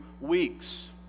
weeks